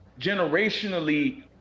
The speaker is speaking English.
generationally